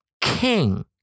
king